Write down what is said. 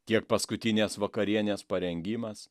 tiek paskutinės vakarienės parengimas